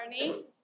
journey